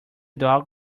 dog